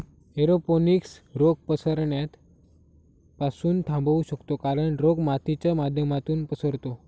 aeroponics रोग पसरण्यास पासून थांबवू शकतो कारण, रोग मातीच्या माध्यमातून पसरतो